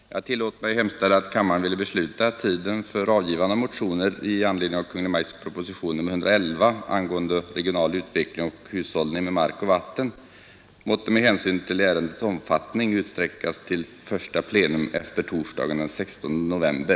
Herr talman! Jag tillåter mig hemställa att kammaren ville besluta, att tiden för avgivande av motioner i anledning av Kungl. Maj:ts proposition nr 111 angående regional utveckling och hushållning med mark och vatten måtte med hänsyn till ärendets omfattning utsträckas till första plenum efter torsdagen den 16 november.